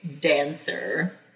dancer